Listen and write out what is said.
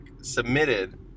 submitted